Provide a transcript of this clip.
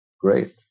great